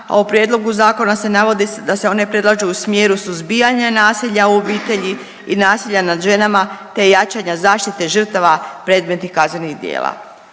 a u prijedlogu zakona se navodi da se one predlažu u smjeru suzbijanja nasilja u obitelji i nasilja nad ženama te jačanja zaštite žrtava predmetnih kaznenih djela.